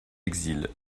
exils